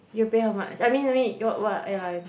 you pay how much I mean I mean you what airline